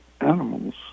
animals